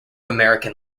american